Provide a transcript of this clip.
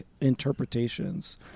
interpretations